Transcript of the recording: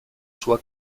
sua